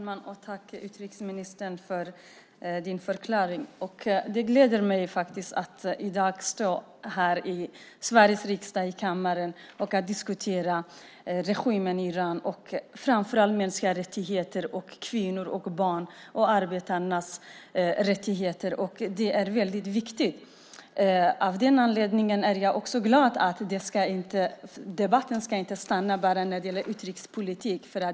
Fru talman! Tack, utrikesministern, för din förklaring! Det gläder mig faktiskt att i dag stå här i kammaren i Sveriges riksdag och diskutera regimen i Iran, framför allt mänskliga rättigheter, kvinnor, barn och arbetarnas rättigheter. Det är väldigt viktigt. Av den anledningen är jag också glad för att debatten inte ska stanna vid utrikespolitik.